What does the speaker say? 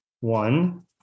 one